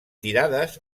tirades